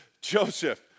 Joseph